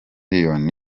miliyoni